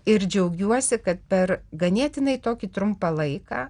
ir džiaugiuosi kad per ganėtinai tokį trumpą laiką